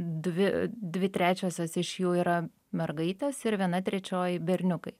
dvi dvi trečiosios iš jų yra mergaitės ir viena trečioji berniukai